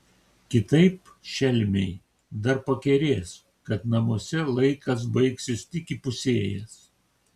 kitaip šelmiai dar pakerės kad namuose laikas baigsis tik įpusėjęs